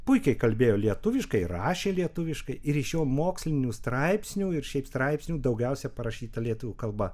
puikiai kalbėjo lietuviškai rašė lietuviškai ir iš jo mokslinių straipsnių ir šiaip straipsnių daugiausiai parašyta lietuvių kalba